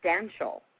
substantial